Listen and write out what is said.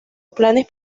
planes